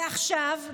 ועכשיו די,